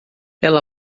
ela